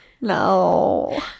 No